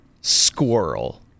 squirrel